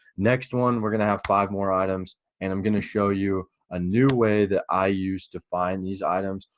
next one we're gonna have five more items and i'm gonna show you a new way that i use to find these items.